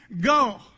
go